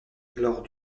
lors